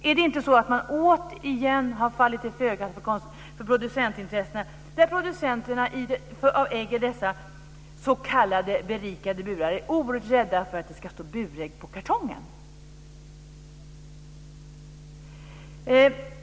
Är det inte så att man återigen har fallit till föga för producentintressena? Producenterna av ägg i dessa s.k. berikade burar är oerhört rädda för att det ska stå burägg på kartongen.